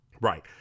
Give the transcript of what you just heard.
Right